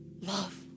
love